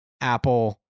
Apple